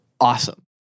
awesome